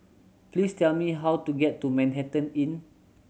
please tell me how to get to Manhattan Inn